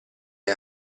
hai